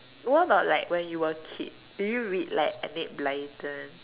what about like when you were a kid do you read like Enid Blyton